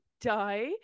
die